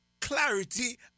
clarity